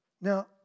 Now